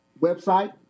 website